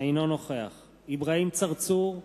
אינו נוכח אברהים צרצור,